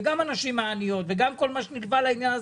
גם הנשים העניות וגם כל מה שנלווה לעניין הזה,